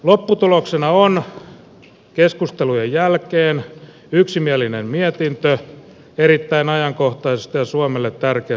lopputuloksena on keskustelujen jälkeen yksimielinen mietintö erittäin ajankohtaisesta ja suomelle tärkeästä asiasta